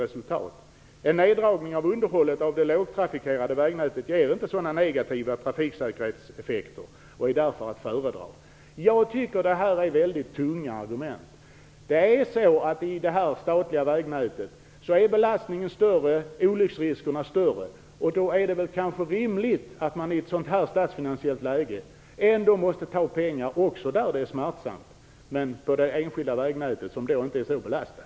En neddragning av underhållet av det lågtrafikerade vägnätet ger inte sådana negativa trafiksäkerhetseffekter och är därför att föredra. Jag tycker att detta är mycket tunga argument. Belastningen och olycksriskerna är större i det statliga vägnätet, och det är rimligt att man i detta statsfinansiella läge tar pengar också från det enskilda vägnätet, även om det är smärtsamt, eftersom detta inte är så belastat.